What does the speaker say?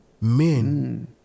men